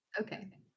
Okay